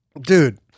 dude